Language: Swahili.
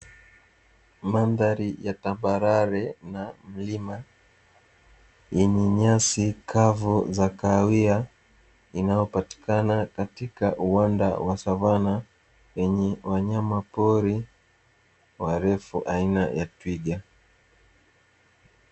Mandhari ya tambarare na milima yenye nyasi kavu za kahawia inayopatikana katika uwanda wa savana yenye wanyama pori warefu aina ya twiga.